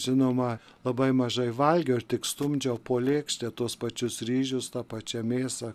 žinoma labai mažai valgiau ir tik stumdžiau po lėkštę tuos pačius ryžius tą pačią mėsą